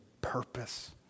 purpose